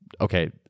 okay